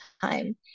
time